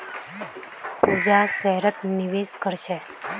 पूजा शेयरत निवेश कर छे